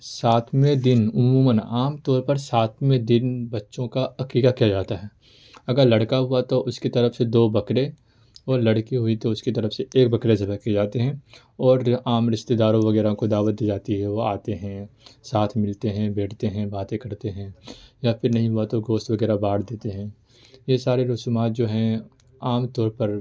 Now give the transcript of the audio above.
ساتویں دن عموماً عام طور پر ساتویں دن بچوں کا عقیقہ کیا جاتا ہے اگر لڑکا ہوا تو اس کی طرف سے دو بکرے اور لڑکی ہوئی تو اس کی طرف سے ایک بکرا ذبح کیے جاتے ہیں اور عام رشتے داروں وغیرہ کو دعوت دی جاتی ہے وہ آتے ہیں ساتھ ملتے ہیں بیٹھتے ہیں باتیں کرتے ہیں یا پھر نہیں ہوا تو گوشت وغیرہ بانٹ دیتے ہیں یہ سارے رسومات جو ہیں عام طور پر